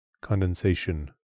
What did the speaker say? condensation